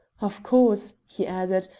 of course, he added,